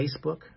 Facebook